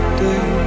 day